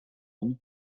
ondes